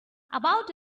about